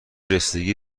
رسیدگی